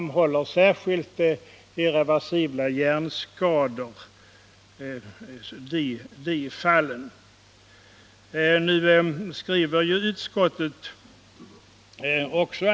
Man framhåller särskilt irreversibla hjärnskador bland de fall som kan komma i fråga.